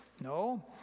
No